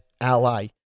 ally